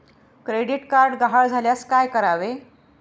Credit card गहाळ झाल्यास काय करावे?